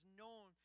known